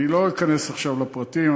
אני לא אכנס עכשיו לפרטים,